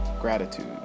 gratitude